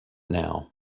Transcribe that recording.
now